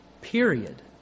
period